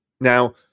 Now